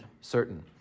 certain